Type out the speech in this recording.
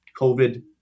COVID